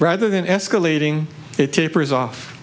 rather than escalating it tapers off